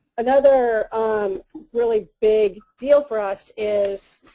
another um really big deal for us is,